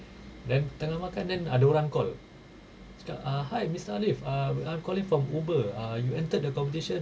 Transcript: then tengah makan then ada orang call cakap uh hi mister alif uh I'm I'm calling from Uber uh you entered the competition